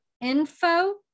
info